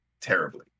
terribly